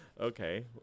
Okay